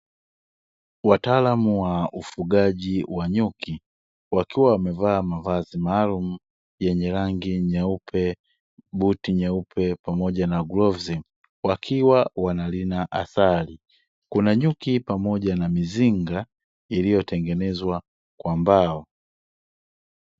Wataalamu wa ufugaji wa nyuki, wakiwa wamevaa mavazi maalumu yenye rangi nyeupe, buti nyeupe pamoja na glovu, wakiwa wanalina asali. Kuna nyuki pamoja na mizinga iliyo tengwnezwa kwa mbao.